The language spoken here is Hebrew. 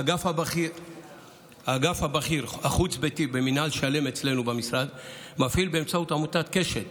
האגף הבכיר החוץ-ביתי במינהל של"מ אצלנו במשרד מפעיל באמצעות עמותת קשת